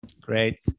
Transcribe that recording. Great